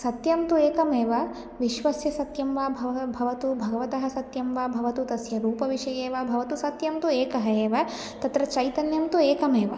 सत्यं तु एकमेव विश्वस्य सक्यं वा भव् भवतु भगवतः सक्यं वा भवतु तस्य रूपविषये वा भवतु सनत्यं तु एकः एव तत्र चैतन्यं तु एकमेव